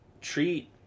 treat